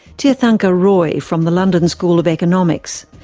tirthankar roy, from the london school of economics.